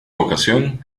ocasión